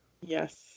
Yes